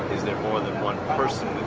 is there more than one person